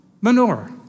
Manure